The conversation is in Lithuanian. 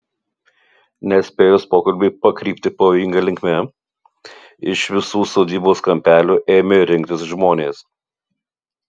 nespėjus pokalbiui pakrypti pavojinga linkme iš visų sodybos kampelių ėmė rinktis žmonės